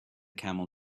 camel